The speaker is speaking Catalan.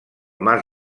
mas